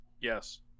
yes